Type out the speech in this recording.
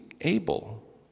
able